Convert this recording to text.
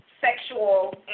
sexual